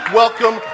welcome